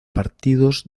partidos